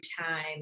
time